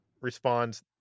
responds